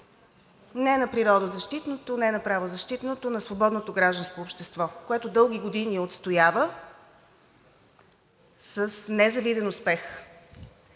не на природозащитното, не на правозащитното – на свободното гражданско общество, което дълги години я отстоява с незавиден успех